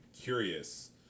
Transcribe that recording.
curious